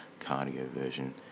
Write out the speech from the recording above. cardioversion